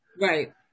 Right